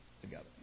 together